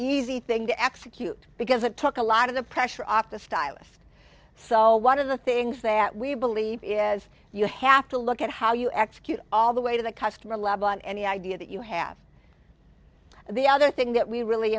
easy thing to execute because it took a lot of the pressure off the stylist so one of the things that we believe is you have to look at how you execute all the way to the customer level on any idea that you have the other thing that we really